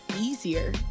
Easier